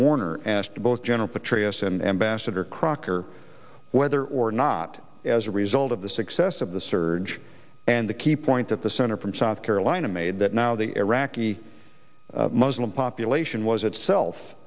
both general petraeus and ambassador crocker whether or not as a result of the success of the surge and the key point at the center from south carolina made that now the iraqi muslim population was itself